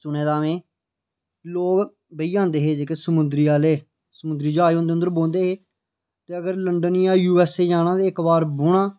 सुने दा में लोक बेही जंदे हे समुुंद्री आह्ले समुंद्री ज्हाज होंदे हे उं'दे च बेही जंदे हे ते अगर लंदन जां यूऐस्सए जाना ते इक बार बौह्ना